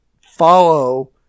follow